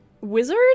wizard